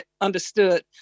understood